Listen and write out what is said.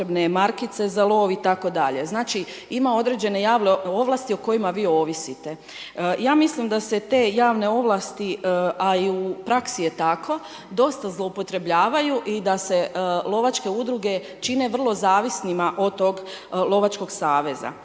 Znači ima određene javne ovlasti o kojima vi ovisite. Ja mislim da se te javne ovlasti, a i u praksi je tako, dosta zloupotrebljavaju i da se lovačke udruge čine vrlo zavisnima od tog Lovačkog saveza.